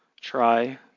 try